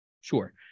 Sure